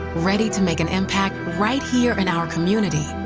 ready to make an impact right here in our community.